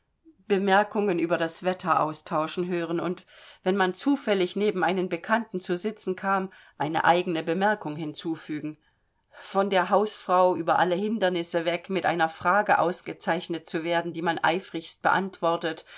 bemerkungen über das wetter austauschen hören und wenn man zufällig neben einen bekannten zu sitzen kam eine eigene bemerkung hinzufügen von der hausfrau über alle hindernisse weg mit einer frage ausgezeichnet zu werden die man eifrigst beantwortet